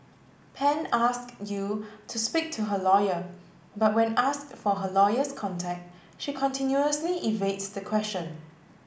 Pan asked Yew to speak to her lawyer but when asked for her lawyer's contact she continuously evades the question